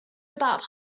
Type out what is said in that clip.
about